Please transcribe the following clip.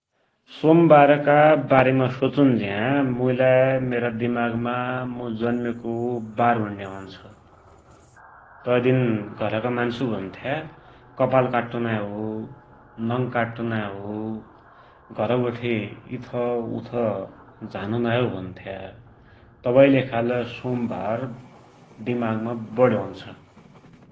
सोमवारका वारेमा सोचुन्ज्या मुइलाइ मेरा दिमागमा मु जन्म्याको वार भुण्या औन्छ, तै दिन घरका मान्सु भुन्थ्या कपाल काट्टु नाइ हो, नङ काट्टु नाइ हो, घर बठे इथउथ झानु काट्टु नाइ हो भुन्थ्या, तवैकिलेखालै सोमवार दिमागमा बडि औन्छ ।